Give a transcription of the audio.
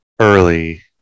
early